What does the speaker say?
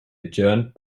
adjourned